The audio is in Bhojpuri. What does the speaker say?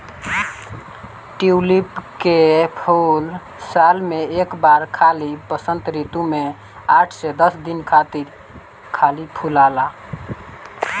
ट्यूलिप के फूल साल में एक बार खाली वसंत ऋतू में आठ से दस दिन खातिर खाली फुलाला